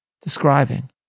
describing